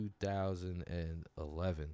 2011